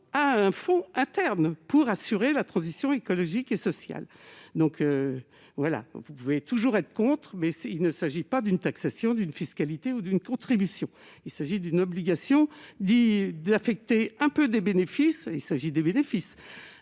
à un fond interne pour assurer la transition écologique et sociale, donc voilà, vous pouvez toujours être contre, mais s'il ne s'agit pas d'une taxation d'une fiscalité ou d'une contribution, il s'agit d'une obligation dit d'affecter un peu des bénéfices, il s'agit des bénéfices